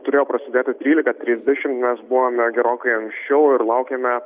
turėjo prasidėti trylika trisdešim mes buvome gerokai anksčiau ir laukėme